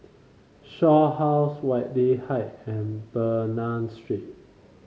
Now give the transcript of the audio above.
Shaw House Whitley Height and Bernam Street